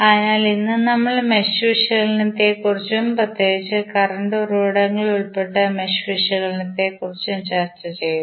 അതിനാൽ ഇന്ന് നമ്മൾ മെഷ് വിശകലനത്തെക്കുറിച്ചും പ്രത്യേകിച്ച് കറന്റ് ഉറവിടങ്ങൾ ഉൾപ്പെട്ട മെഷ് വിശകലനത്തെക്കുറിച്ചും ചർച്ചചെയ്തു